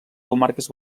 comarques